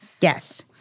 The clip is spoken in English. Yes